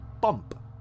bump